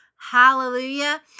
Hallelujah